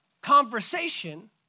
conversation